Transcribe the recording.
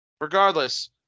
regardless